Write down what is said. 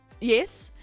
Yes